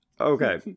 Okay